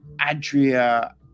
Adria